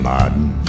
Martin